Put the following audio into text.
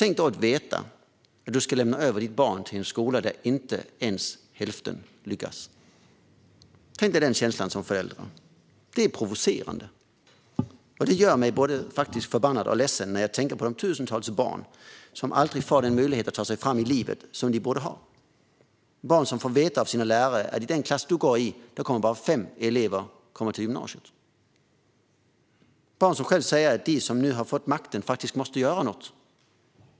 Tänk då att veta att du lämnar över ditt barn till en skola där inte ens hälften lyckas. Tänk dig den känslan för en förälder! Det är provocerande. Det gör mig faktiskt både förbannad och ledsen när jag tänker på de tusentals barn som aldrig får den möjlighet att ta sig fram i livet som de borde ha, barn som får veta av sina lärare att i den klass de går i kommer bara fem elever att komma in på gymnasiet. Det är barn som själva säger att de som nu har fått makten faktiskt måste göra något.